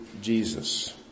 Jesus